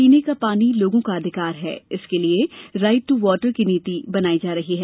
पीने का पानी लोगों का अधिकार है इसके लिए राइट ट्र वाटर की नीति बनाई जा रही है